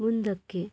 ಮುಂದಕ್ಕೆ